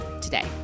today